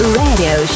radio